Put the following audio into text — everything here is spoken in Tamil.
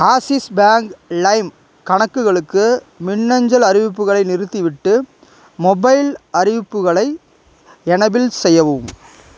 ஆக்ஸிஸ் பேங்க் லைம் கணக்குகளுக்கு மின்னஞ்சல் அறிவிப்புகளை நிறுத்திவிட்டு மொபைல் அறிவிப்புகளை எனேபிள் செய்யவும்